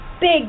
big